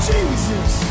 Jesus